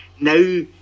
Now